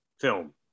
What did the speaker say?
film